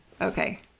Okay